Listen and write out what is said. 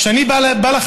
כשאני בא לחנות,